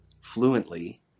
fluently